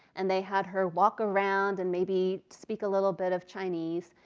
and they had her walk around and maybe speak a little bit of chinese.